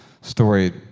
story